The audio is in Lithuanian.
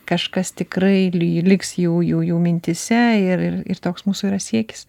kažkas tikrai li liks jų jų jų mintyse ir ir toks mūsų yra siekis